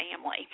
family